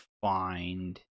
find